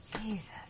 Jesus